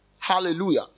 Hallelujah